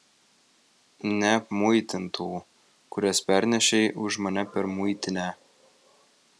neapmuitintų kurias pernešei už mane per muitinę